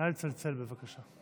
נא לצלצל, בבקשה.